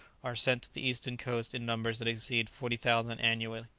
are sent to the eastern coast in numbers that exceed forty thousand annually.